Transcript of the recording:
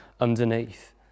underneath